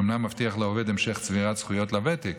שאומנם מבטיח לעובד המשך צבירת זכויות לוותק,